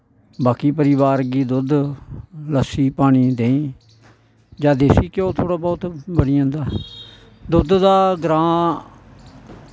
बाकी परिवार गी दुध लस्सी पानी देई जां देसी घेयो थोह्ड़ा बौह्त बनी जंदा दुध दा ग्रां